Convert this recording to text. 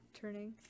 turning